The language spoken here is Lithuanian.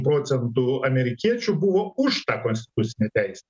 procentų amerikiečių buvo už tą konstitucinę teisę